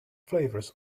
flavors